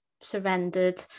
surrendered